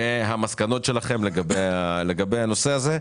והמסקנות שלכם לגבי הנושא הזה,